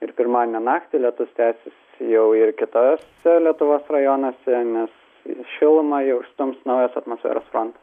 ir pirmadienio naktį lietus tęsis jau ir kitose lietuvos rajonuose nes šilumą jau išstums naujas atmosferos frontas